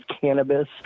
cannabis